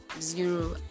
Zero